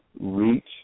reach